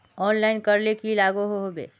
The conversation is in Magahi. ऑनलाइन करले की लागोहो होबे?